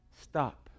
Stop